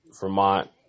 Vermont